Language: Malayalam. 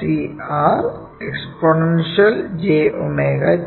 CR exponential jωt